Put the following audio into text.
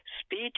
speech